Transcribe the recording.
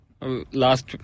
Last